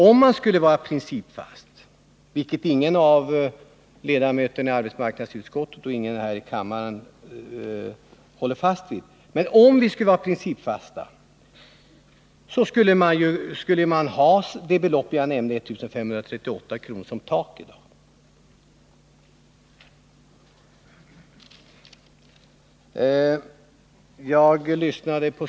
Om vi skulle vara principfasta — vilket ingen av ledamöterna i arbetsmarknadsutskottet och inte heller några andra ledamöter av kammaren vidhåller att vi skall vara — borde beloppet 1 538 kr. vara det tak som skulle tillämpas i dag.